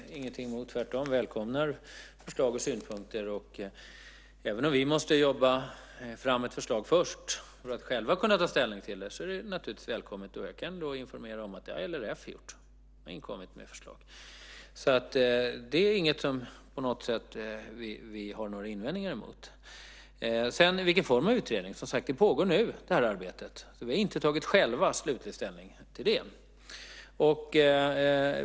Herr talman! Vi har naturligtvis inget emot detta, utan vi välkomnar tvärtom förslag och synpunkter. Även om vi måste jobba fram ett förslag först för att själva kunna ta ställning till det, är det naturligtvis välkommet. Jag kan informera om att LRF har inkommit med förslag. Det har vi inte några invändningar emot. Sedan gäller det vilken form av utredning det ska vara. Det här arbetet pågår nu. Vi har inte tagit slutlig ställning till det själva.